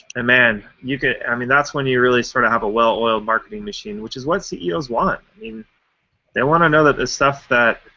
and, man i mean that's when you really start to have a well-oiled marketing machine, which is what ceo's want. i mean they want to know that the stuff that